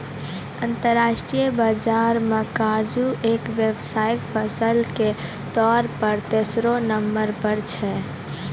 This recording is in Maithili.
अंतरराष्ट्रीय बाजार मॅ काजू एक व्यावसायिक फसल के तौर पर तेसरो नंबर पर छै